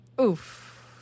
Oof